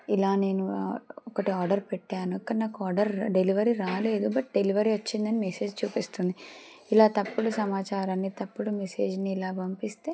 ఇలా నేను ఒకటి ఆర్డర్ పెట్టాను కాని నాకు ఆర్డర్ డెలివరీ రాలేదు బట్ డెలివరీ వచ్చిందని మెసేజ్ చూపిస్తుంది ఇలా తప్పుడు సమాచారాన్ని తప్పుడు మెసేజ్ని ఇలా పంపిస్తే